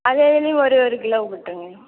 அது அதுலையும் ஒரு ஒரு கிலோ கொடுத்துருங்க